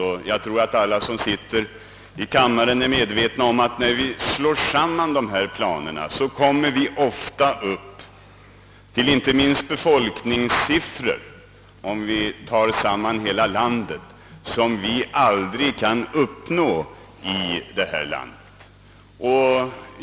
Men att dessa planer sammantagna ofta innebär siffror för hela landet, inte minst befolkningssiffror, som vi aldrig kan uppnå.